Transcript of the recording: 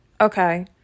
Okay